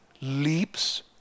leaps